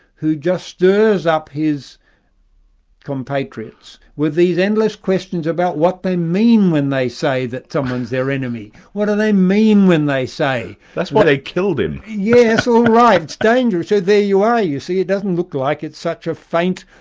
who just stirs up his compatriots with these endless questions about what they mean when they say that someone's their enemy, what do they mean when they say. that's why they killed him. yes, all right, it's dangerous, so there you are you see, it doesn't look like it's such a faint